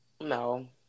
No